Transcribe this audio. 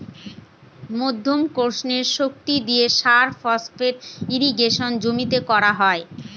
মাধ্যাকর্ষণের শক্তি দিয়ে সারফেস ইর্রিগেশনে জমিতে করা হয়